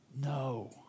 no